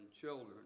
children